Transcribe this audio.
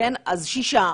אז שישה,